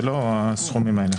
זה לא הסכומים האלה.